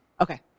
Okay